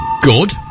good